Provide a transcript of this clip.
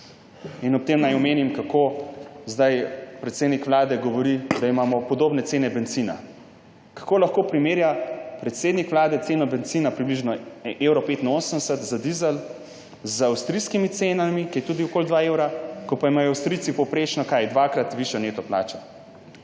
Ob tem naj omenim, kako zdaj predsednik vlade govori, da imamo podobne cene bencina. Kako lahko primerja predsednik vlade ceno bencina približno 1,85 evra za dizel z avstrijskimi cenami, kjer je tudi okoli 2 evra, ko pa imajo Avstrijci povprečno dvakrat višjo neto plačo.